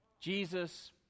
Jesus